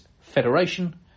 Federation